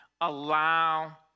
allow